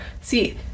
See